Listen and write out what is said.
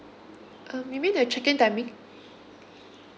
um you mean the check in timing